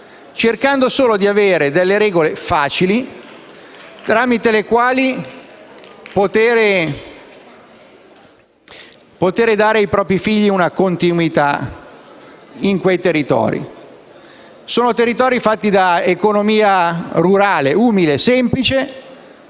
cercando solo di avere regole facili tramite le quali poter dare ai propri figli una continuità in quei territori. Sono territori caratterizzati da un'economia rurale, umile e semplice,